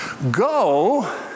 Go